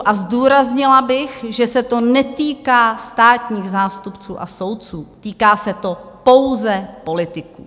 A zdůraznila bych, že se to netýká státních zástupců a soudců, týká se to pouze politiků.